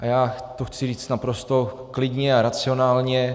A já to chci říct naprosto klidně a racionálně.